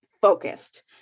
focused